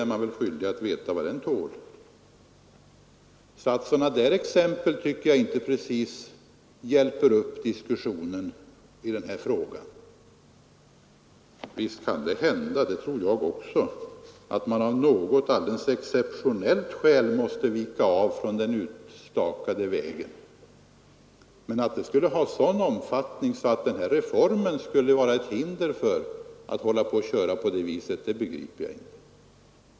Och man är skyldig att veta vad de vägarna tål! Sådana där exempel tycker jag inte precis hjälper upp diskussionen i den här frågan. Visst kan det hända, det tror jag också, att man av något alldeles exceptionellt skäl måste vika av från den utstakade vägen, men att de avvikelserna skulle ha en sådan omfattning att den här reformen skulle utgöra något hinder begriper jag inte.